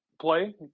play